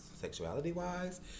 sexuality-wise